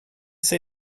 say